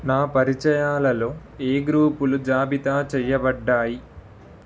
నా పరిచయాలలో ఏ గ్రూపులు జాబితా చేయబడ్డాయి